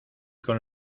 con